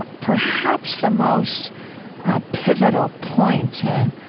ah perhaps the most pivotal point in